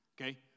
Okay